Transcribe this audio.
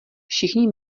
všichni